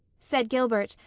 said gilbert,